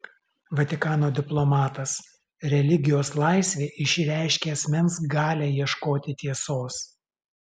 vatikano diplomatas religijos laisvė išreiškia asmens galią ieškoti tiesos